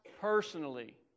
personally